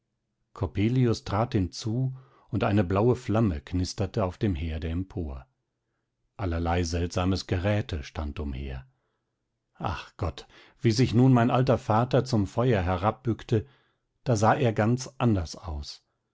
coppelius trat hinzu und eine blaue flamme knisterte auf dem herde empor allerlei seltsames geräte stand umher ach gott wie sich nun mein alter vater zum feuer herabbückte da sah er ganz anders aus